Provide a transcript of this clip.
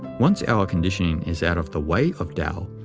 once our conditioning is out of the way of tao,